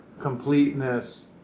completeness